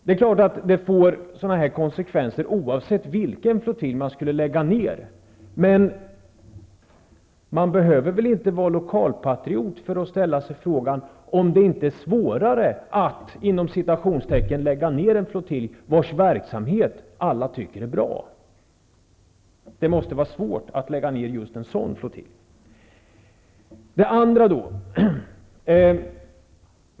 Naturligtvis skulle man få sådana här konsekvenser oavsett vilken flottilj man än lade ned. Man behöver väl inte vara lokalpatriot för att ställa sig frågan om det inte är ''svårare'' att lägga ned en flottilj vars verksamhet alla tycker är bra. Det måste vara extra svårt. Så till det andra argumentet.